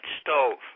stove